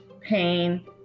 pain